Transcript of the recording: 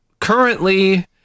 currently